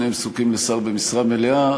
שניהם זקוקים לשר במשרה מלאה.